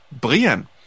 Brian